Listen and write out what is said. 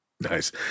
Nice